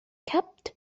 kept